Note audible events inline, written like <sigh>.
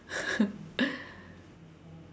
<laughs>